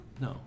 no